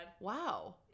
Wow